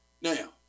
Now